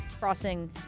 crossing